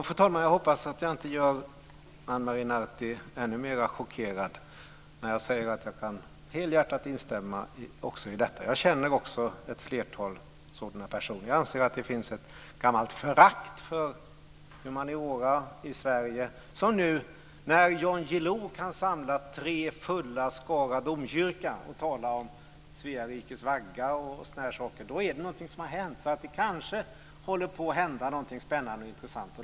Fru talman! Jag hoppas att jag inte gör Ana Maria Narti ännu mer chockerad när jag säger att jag helhjärtat kan instämma också i detta. Jag känner också ett flertal sådana personer. Jag anser att det finns ett gammalt förakt för humaniora i Sverige. När Jan Guillou kan samla tre fulla Skara domkyrka och tala om Svea rikes vagga är det någonting som har hänt. Det håller kanske på att hända någonting spännande och intressant.